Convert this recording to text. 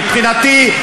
מבחינתי,